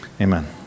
amen